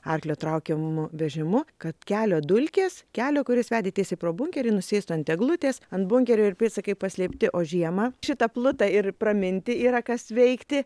arklio traukiamu vežimu kad kelio dulkės kelio kuris vedė tiesiai pro bunkerį nusėstų ant eglutės ant bunkerio ir pėdsakai paslėpti o žiemą šitą plutą ir praminti yra kas veikti